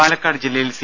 പാലക്കാട് ജില്ലയിൽ സി